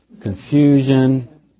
confusion